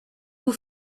vous